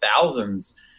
thousands